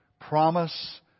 promise